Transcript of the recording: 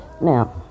Now